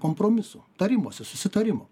kompromisų tarimosi susitarimo